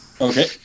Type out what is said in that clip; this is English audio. Okay